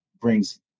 brings